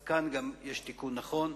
אז כאן גם יש תיקון נכון.